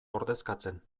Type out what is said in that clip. ordezkatzen